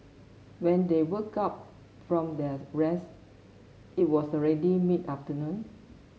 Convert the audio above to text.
when they woke up from their rest it was already mid afternoon